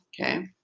Okay